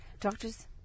Doctors